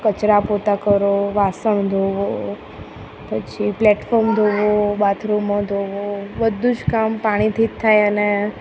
કચરા પોતા કરો વાસણ ધોવો પછી પ્લેટફોર્મ ધોવો બાથરૂમો ધોવો બધું જ કામ પાણીથી થાય અને